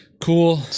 Cool